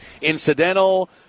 incidental